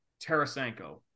Tarasenko